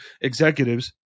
executives